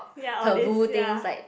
ya all these ya